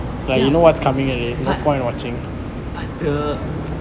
ya but but the